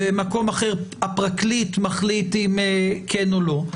ומקום אחר הפרקליט מחליט אם כן או לא,